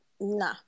Nah